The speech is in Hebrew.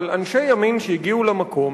אבל אנשי ימין שהגיעו למקום,